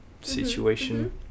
situation